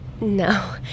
No